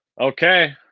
Okay